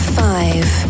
five